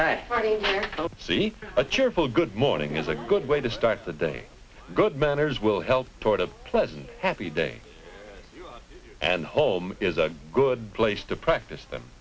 don't see a cheerful good morning is a good way to start the day good manners will help toward a pleasant happy day and home is a good place to practice them